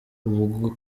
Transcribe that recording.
ubwo